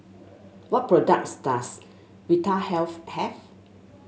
what products does Vitahealth have